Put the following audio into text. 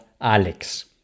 Alex